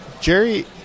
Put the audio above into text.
Jerry